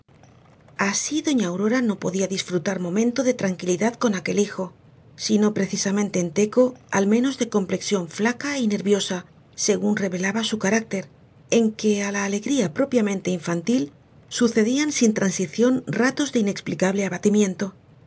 así doña aurora no podía disfrutar momento de tranquilidad con aquel hijo si no precisamente enteco al menos de complexión flaca y nerviosa según revelaba su carácter en que á la alegría propiamente infantil sucedían sin transición ratos de inexplicable abatimiento